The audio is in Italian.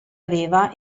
aveva